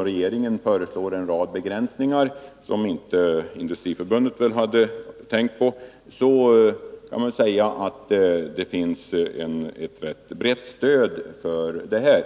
Regeringen föreslår en rad begränsningar, som Industriförbundet inte tänkt på, och därför kan man säga att det finns ett rätt brett stöd för detta förslag.